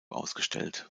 ausgestellt